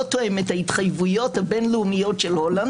תואם את ההתחייבויות הבין-לאומיות של הולנד,